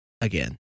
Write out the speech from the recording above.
again